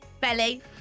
Belly